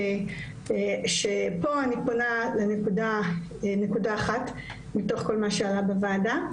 שפה אני פונה לנקודה אחת מתוך כל מה שעלה בוועדה.